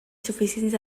suficients